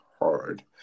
hard